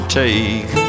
take